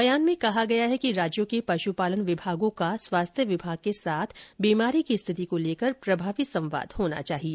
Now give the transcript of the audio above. बयान में कहा गया है कि राज्यों के पशुपालन विभागों का स्वास्थ्य विभाग के साथ बीमारी की स्थिति को लेकर प्रभावी संवाद होना चाहिए